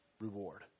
reward